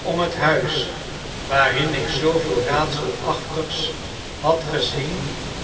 om het huis waarin ik zooveel raadselachtigs had gezien